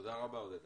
תודה רבה, עודדה.